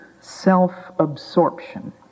self-absorption